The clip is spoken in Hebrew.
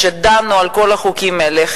כשדנו על כל החוקים האלה.